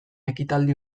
ekitaldi